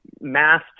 mass